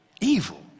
evil